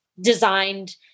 designed